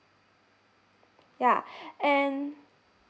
ya and